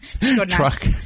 truck